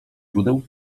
źródeł